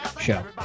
show